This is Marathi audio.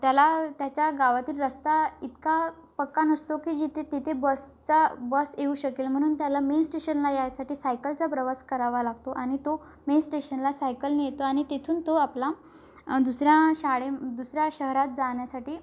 त्याला त्याच्या गावातील रस्ता इतका पक्का नसतो की जिथे तिथे बसचा बस येऊ शकेल म्हणून त्याला मेन स्टेशनला यायसाठी सायकलचा प्रवास करावा लागतो आनि तो मेन स्टेशनला सायकल न येतो आणि तिथून तो आपला दुसऱ्या शाळे दुसऱ्या शहरात जाण्यासाठी